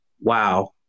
wow